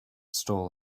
stall